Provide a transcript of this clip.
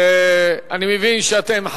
אני מבין שאתם,